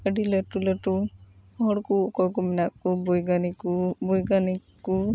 ᱟᱹᱰᱤ ᱞᱟᱹᱴᱩ ᱞᱟᱹᱴᱩ ᱦᱚᱲ ᱠᱚ ᱚᱠᱚᱭ ᱠᱚ ᱢᱮᱱᱟᱜ ᱠᱚ ᱵᱳᱭᱜᱟᱱᱤᱠ ᱠᱚ ᱵᱳᱭᱜᱟᱱᱤᱠ ᱠᱚ